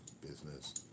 business